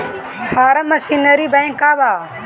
Form machinery bank का बा?